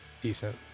decent